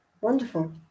wonderful